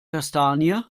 kastanie